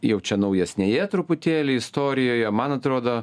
jau čia naujesnėje truputėlį istorijoje man atrodo